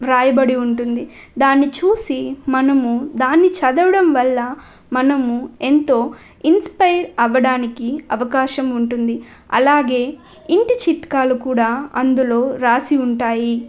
రాయబడి ఉంటుంది దాన్ని చూసి మనము దాన్ని చదవడం వల్ల మనము ఎంతో ఇన్స్పైర్ అవ్వడానికి అవకాశం ఉంటుంది అలాగే ఇంటి చిట్కాలు కూడా అందులో రాసి ఉంటాయి